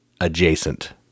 adjacent